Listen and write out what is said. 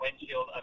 windshield